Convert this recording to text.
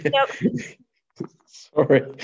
Sorry